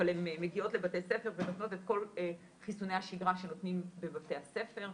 אבל הם מגיעות לבתי הספר ונותנות את כל חיסוני השגרה שנותנים בבתי הספר,